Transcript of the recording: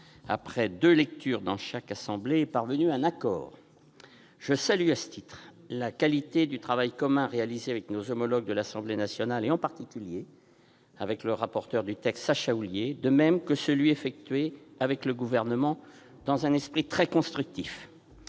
après deux lectures dans chaque assemblée, est parvenue à un accord. Je salue à ce titre la qualité du travail commun réalisé avec nos homologues de l'Assemblée nationale, en particulier avec le rapporteur du texte Sacha Houlié, de même que celui qui a été effectué avec le Gouvernement, dans un esprit très constructif.